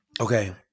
Okay